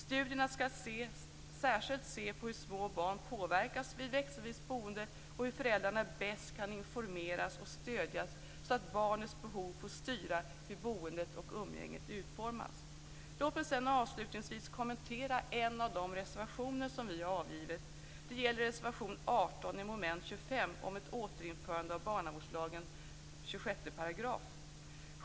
Studierna skall särskilt se på hur små barn påverkas vid växelvis boende och hur föräldrarna bäst kan informeras och stödjas så att barnens behov får styra hur boendet och umgänget utformas. Låt mig avslutningsvis kommentera en av de reservationer som vi har avgivit. Det gäller reservation 18 under mom. 25 om ett återinförande av barnavårdslagens 26 §.